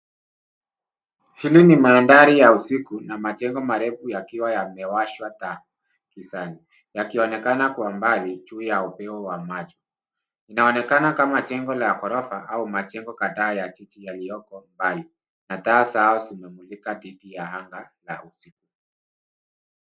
Hili ni madhari ya usiku na majengo marefu yakiwa yamewashwa taa gizani yakionekana kwa mbali juu ya upeo wa macho. Inaonekana kama jengo la ghorofa ama majengo kadhaa ya jiji yaliyoko mbali na taa zao zimemulika dhidi ya anga la usiku.